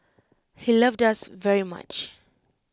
he loved us very much